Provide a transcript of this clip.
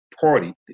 Party